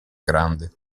grande